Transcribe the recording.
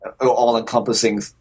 all-encompassing